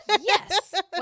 Yes